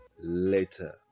later